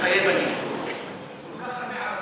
מתחייב אני כל כך הרבה ערבים פה.